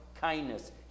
kindness